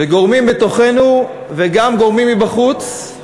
וגורמים בתוכנו, וגם גורמים מבחוץ,